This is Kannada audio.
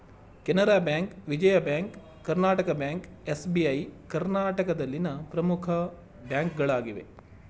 Canara bank, Vijaya bank, Karnataka bank, SBI ಕರ್ನಾಟಕದಲ್ಲಿನ ಪ್ರಮುಖ ಬ್ಯಾಂಕ್ಗಳಾಗಿವೆ